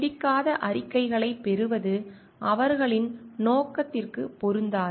பிடிக்காத அறிக்கைகளைப் பெறுவது அவர்களின் நோக்கத்திற்குப் பொருந்தாது